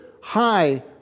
high